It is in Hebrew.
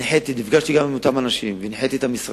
נפגשתי עם אותם אנשים, הנחיתי את המשרד,